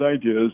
ideas